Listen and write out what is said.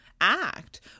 act